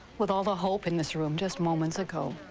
with all the hope in this room just moments ago.